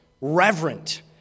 reverent